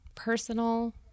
Personal